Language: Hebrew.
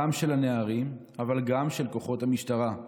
גם של הנערים אבל גם של כוחות המשטרה,